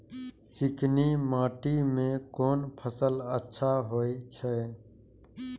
चिकनी माटी में कोन फसल अच्छा होय छे?